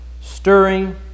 stirring